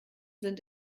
sind